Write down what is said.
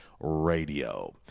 Radio